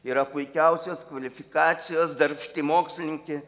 yra puikiausios kvalifikacijos darbšti mokslininkė